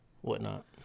whatnot